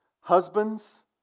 husbands